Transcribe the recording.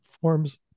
forms